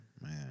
Man